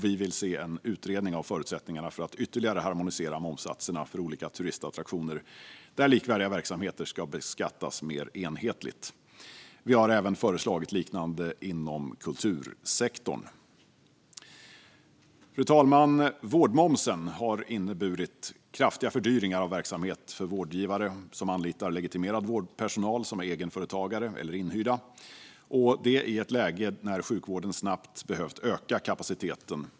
Vi vill se en utredning av förutsättningarna att ytterligare harmonisera momssatserna för olika turistattraktioner, där likvärdiga verksamheter beskattas mer enhetligt. Vi har även föreslagit liknande inom kultursektorn. Fru talman! Vårdmomsen har inneburit kraftiga fördyringar av verksamhet för vårdgivare som anlitar legitimerad vårdpersonal som är egenföretagare eller inhyrda - detta i ett läge när sjukvården under en period snabbt behövt öka kapaciteten.